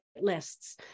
lists